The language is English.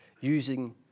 using